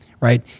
right